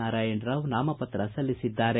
ನಾರಾಯಣರಾವ್ ನಾಮಪತ್ರ ಸಲ್ಲಿಸಿದ್ದಾರೆ